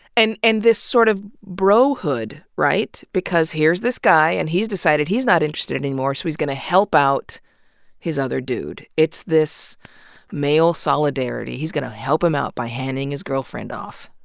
and and this sort of bro hood. right? because here's this guy and he's decided he's not interested anymore so he's gonna help out his other dude. it's this male solidarity. he's gonna help him out by handing his girlfriend off.